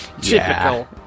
Typical